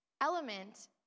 element